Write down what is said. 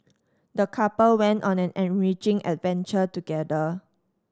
the couple went on an enriching adventure together